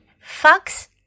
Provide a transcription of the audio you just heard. Fox